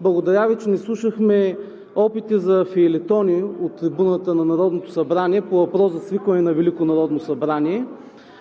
Благодаря Ви, че не слушахме опити за фейлетони от трибуната на Народното събрание по въпроса за свикване на Велико народно събрание.